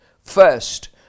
first